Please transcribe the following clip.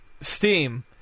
Steam